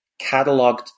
cataloged